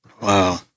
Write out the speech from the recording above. Wow